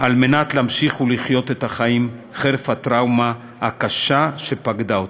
כדי להמשיך לחיות את החיים חרף הטראומה הקשה שפקדה אותם.